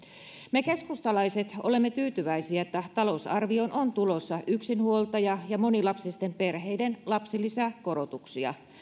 me keskustalaiset olemme tyytyväisiä että talousarvioon on tulossa yksinhuoltaja ja monilapsisten perheiden lapsilisäkorotuksia